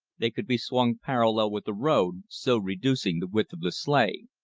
they could be swung parallel with the road, so reducing the width of the sleigh.